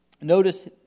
notice